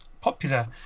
popular